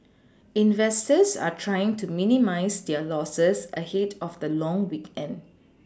investors are trying to minimise their Losses ahead of the long weekend